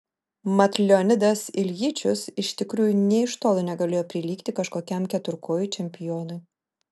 mat leonidas iljičius iš tikrųjų nė iš tolo negalėjo prilygti kažkokiam keturkojui čempionui